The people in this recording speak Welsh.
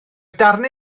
darnau